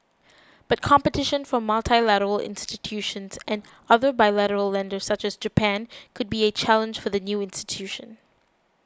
but competition from multilateral institutions and other bilateral lenders such as Japan could be a challenge for the new institution